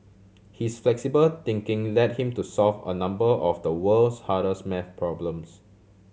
his flexible thinking led him to solve a number of the world's hardest math problems